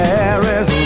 Paris